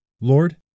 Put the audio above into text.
Lord